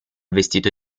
vestito